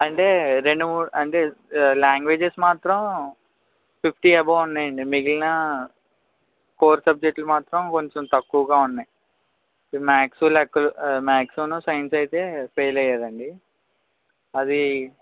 అంటే రెండు మూడు అంటే లాంగ్వేజెస్ మాత్రం ఫిఫ్టీ ఎబోవ్ ఉన్నాయండి మిగిలిన కోర్ సబ్జెక్టులు మాత్రం కొంచెం తక్కువగా ఉన్నాయి మ్యాథ్స్ లెక్క మ్యాథ్స్ను సైన్స్ అయితే ఫెయిల్ అయ్యాడండి అది